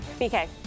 BK